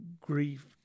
grief